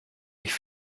ich